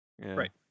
Right